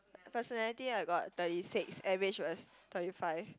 personality I got thirty six average was thirty five